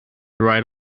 ride